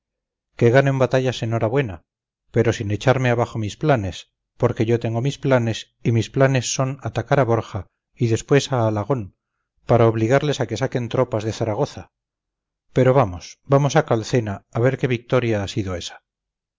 que ganen batallas enhorabuena pero sin echarme abajo mis planes porque yo tengo mis planes y mis planes son atacar a borja y después a alagón para obligarles a que saquen tropas de zaragoza pero vamos vamos a calcena a ver qué victoria ha sido esa